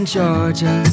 Georgia